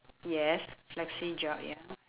yes flexi job ya